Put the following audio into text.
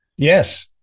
Yes